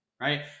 right